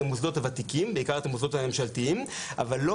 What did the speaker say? המוסדות הוותיקים בעיקר את המוסדות הממשלתיים אבל לא